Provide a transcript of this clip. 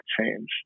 change